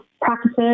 practices